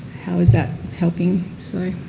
how is that helping? so